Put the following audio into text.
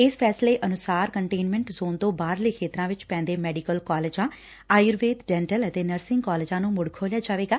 ਇਸ ਫੈਸਲੇ ਅਨੁਸਾਰ ਕੰਟੇਨਮੈਂਟ ਜ਼ੋਨ ਤੋਂ ਬਾਹਰਲੇ ਖੇਤਰਾਂ ਵਿਚ ਪੈਂਦੇ ਮੈਡੀਕਲ ਕਾਲਜਾਂ ਆਯੁਰਵੇਦ ਡੈਂਟਲ ਅਤੇ ਨਰਸਿੰਗ ਕਾਲਜਾਂ ਨੁੰ ਮੁੜ ਖੋਲ੍ਹਿਆ ਜਾਵੇਗਾ